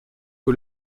que